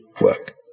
work